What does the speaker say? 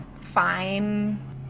Fine